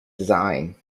design